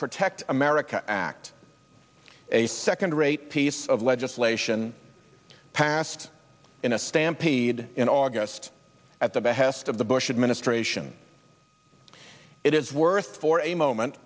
protect america act a second rate piece of legislation passed in a stampede in august at the behest of the bush administration it is worth for a moment